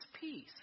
peace